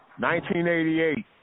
1988